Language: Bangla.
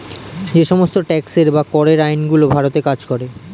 যে সমস্ত ট্যাক্সের বা করের আইন গুলো ভারতে কাজ করে